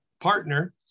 partner